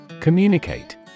Communicate